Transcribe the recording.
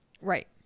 Right